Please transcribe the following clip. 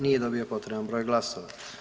Nije dobio potreban broj glasova.